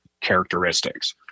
characteristics